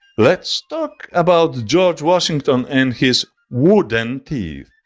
let's talk about george washington and his wooden teeth.